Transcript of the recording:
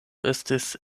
estis